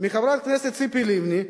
מחברת הכנסת ציפי לבני,